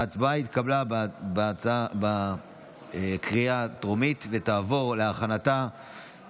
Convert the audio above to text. ההצעה התקבלה בקריאה הטרומית ותעבור לוועדה